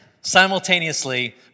simultaneously